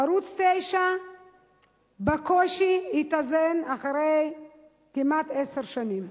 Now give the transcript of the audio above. ערוץ-9 בקושי התאזן אחרי כמעט עשר שנים.